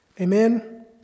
amen